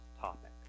topic